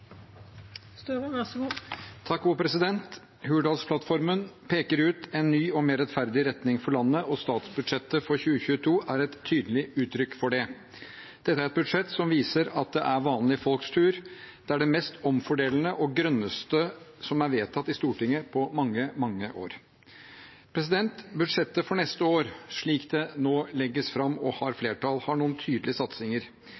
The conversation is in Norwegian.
et tydelig uttrykk for det. Dette er et budsjett som viser at det er vanlige folks tur. Det er det mest omfordelende og grønneste som er vedtatt i Stortinget på mange, mange år. Budsjettet for neste år, slik det nå legges fram og har